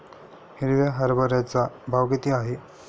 हिरव्या हरभऱ्याचा भाव किती आहे?